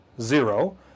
zero